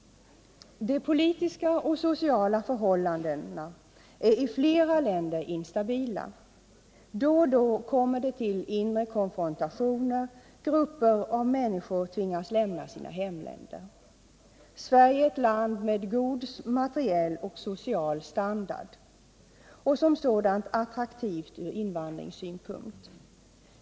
De politiska och sociala förhållandena är i flera länder instabila. Då och då kommer det till inre konfrontationer, och grupper av människor tvingas lämna sina hemländer. Sverige är ett land med god materiell och social standard och som sådant attraktivt från invandringssynpunkt.